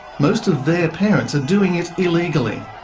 most of their parents are doing it illegally.